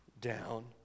down